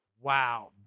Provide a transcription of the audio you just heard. Wow